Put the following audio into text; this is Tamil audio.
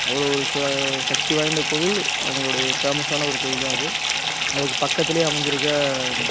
அவ்வளோ சக்தி வாய்ந்த கோவில் அவங்களோட ஃபேமஸான கோவில் தான் அது அதுக்கு பக்கத்திலே அமைஞ்சிருக்க